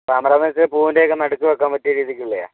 താമര എന്ന് വെച്ചാൽ പൂവിൻറ്റെയൊക്കെ നടുക്ക് വെക്കാൻ പറ്റിയ രീതിക്കുള്ളതാ